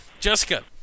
Jessica